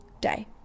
day